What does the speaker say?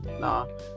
no